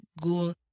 goal